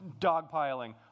dogpiling